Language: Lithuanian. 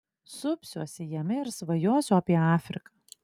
supsiuosi jame ir svajosiu apie afriką